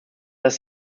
dass